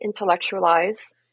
intellectualize